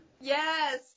Yes